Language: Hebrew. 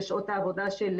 לשעות העבודה של